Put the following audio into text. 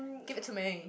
give it to me